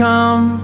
Come